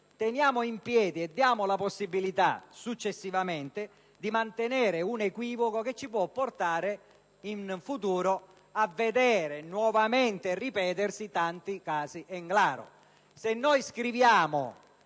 teniamo in piedi e diamo la possibilità, successivamente, di mantenere un equivoco che ci può portare in futuro a vedere nuovamente ripetersi tanti casi Englaro. Se noi scriviamo